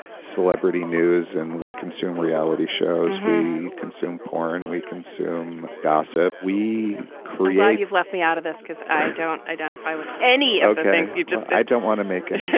celebrity news and we consume reality shows, consume porn, we consume gossip, we create you've left me out of this because i don't identify with any, ok? you just i don't want to make it.